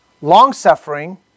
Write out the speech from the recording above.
long-suffering